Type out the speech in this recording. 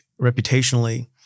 reputationally